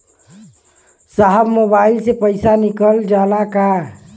साहब मोबाइल से पैसा निकल जाला का?